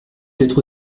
être